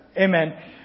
amen